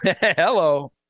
Hello